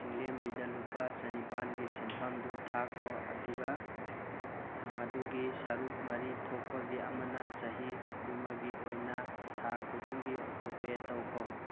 ꯆꯤꯡꯂꯦꯝꯕꯤꯗ ꯂꯨꯄꯥ ꯆꯅꯤꯄꯥꯟꯒꯤ ꯁꯦꯟꯐꯝꯗꯨ ꯊꯥꯈꯣ ꯑꯗꯨꯒ ꯃꯗꯨꯒꯤ ꯁꯔꯨꯛ ꯃꯔꯤ ꯊꯣꯛꯄꯒꯤ ꯑꯃꯅ ꯆꯍꯤ ꯗꯨꯃꯒꯤ ꯑꯣꯏꯅ ꯊꯥ ꯈꯨꯗꯤꯡꯒꯤ ꯑꯣꯇꯣꯄꯦ ꯇꯧꯈꯣ